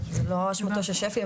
זה לא אשמתו של שפ"י,